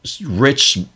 rich